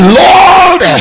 lord